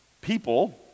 People